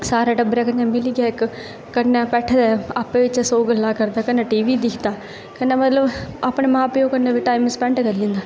सारे टब्बरै कन्नै मिलियै इक्क कन्नै बैठे दे आपें चें सौ गल्लां करदे ते बंदा कन्नै टीवी दिक्खदा ते कन्नै मतलब अपने मां प्योऽ कन्नै बी टैम स्पैंड करी जंदा